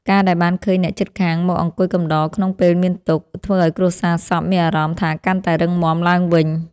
ការដែលបានឃើញអ្នកជិតខាងមកអង្គុយកំដរក្នុងពេលមានទុក្ខ ធ្វើឱ្យគ្រួសារសពមានអារម្មណ៍ថាកាន់តែរឹងមាំឡើងវិញ។